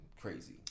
crazy